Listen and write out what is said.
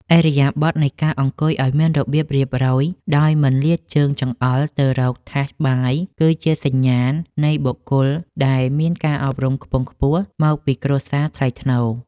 ឥរិយាបថនៃការអង្គុយឱ្យមានរបៀបរៀបរយដោយមិនលាតជើងចង្អុលទៅរកថាសបាយគឺជាសញ្ញាណនៃបុគ្គលដែលមានការអប់រំខ្ពង់ខ្ពស់មកពីគ្រួសារថ្លៃថ្នូរ។